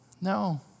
No